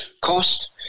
cost